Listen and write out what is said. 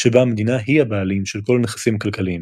שבה המדינה היא הבעלים של כל הנכסים הכלכליים.